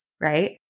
right